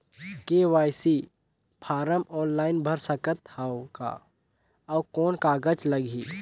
KYC form online भर सकत हवं का? अउ कौन कागज लगही?